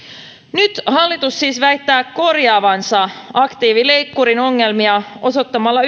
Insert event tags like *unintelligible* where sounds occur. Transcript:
nyt hallitus siis väittää korjaavansa aktiivileikkurin ongelmia osoittamalla *unintelligible*